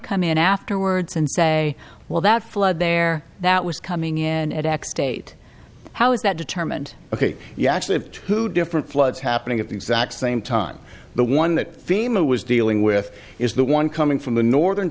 come in afterwards and say well that flood there that was coming in at x date how is that determined ok you actually have two different floods happening at the exact same time the one that fema was dealing with is the one coming from the northern